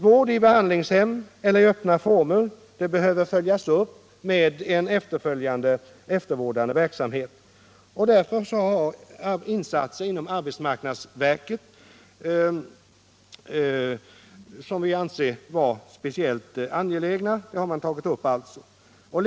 Vård i behandlingshem eller i öppna former behöver följas upp med en eftervårdande verksamhet. Insatser inom arbetsmarknadsverket som vi anser speciellt angelägna har man därför tagit upp.